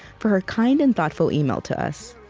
for her kind and thoughtful email to us.